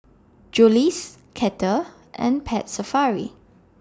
Julie's Kettle and Pet Safari